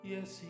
Yes